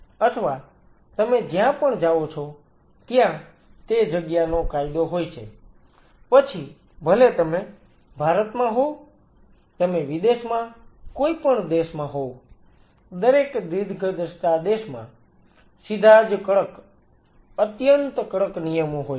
અથવા તમે જ્યાં પણ જાઓ છો ત્યાં તે જગ્યાનો કાયદો હોય છે પછી ભલે તમે ભારતમાં હોવ તમે વિદેશમાં કોઈ પણ દેશમાં હોવ દરેક દીર્ઘદ્રષ્ટા દેશમાં સીધાજ કડક અત્યંત કડક નિયમો હોય છે